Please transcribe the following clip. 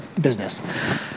business